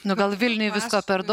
nu gal vilniuj visko per daug